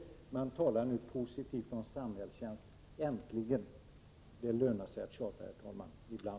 Man talar nu positivt om samhällstjänst. Äntligen! Det lönar sig att tjata ibland, herr talman.